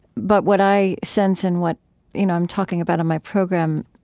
but what i sense and what you know i'm talking about on my program,